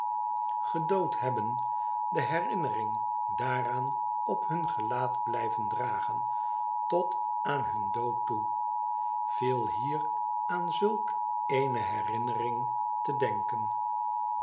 gedood hebben de herinnering daaraan op hun gelaat blijven dragen tot aan hun dood toe viel uer aan zulk eene herinnering te denken